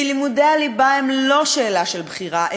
כי לימודי הליבה הם לא שאלה של בחירה,